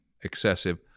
excessive